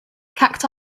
cacti